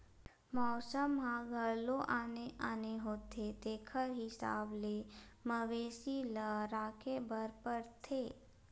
मउसम ह घलो आने आने होथे तेखर हिसाब ले मवेशी ल राखे बर परथे